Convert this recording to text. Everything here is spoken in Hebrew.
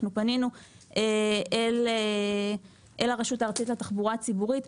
פנינו אל הרשות הארצית לתחבורה ציבורית,